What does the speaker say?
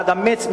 אדם מץ,